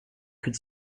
could